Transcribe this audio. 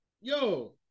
Yo